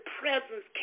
presence